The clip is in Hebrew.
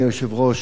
אדוני היושב-ראש,